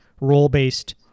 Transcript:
role-based